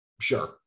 Sure